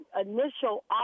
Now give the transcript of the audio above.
initial